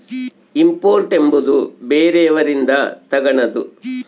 import ಎಂಬುವುದು ಬೇರೆಯವರಿಂದ ತಗನದು